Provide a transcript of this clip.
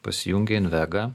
pasijungia invega